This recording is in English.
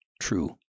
true